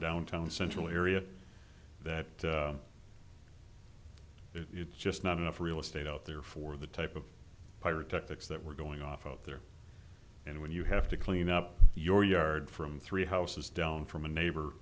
downtown central area that it's just not enough real estate out there for the type of pirate tactics that we're going off out there and when you have to clean up your yard from three houses down from a neighbor